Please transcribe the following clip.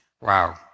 Wow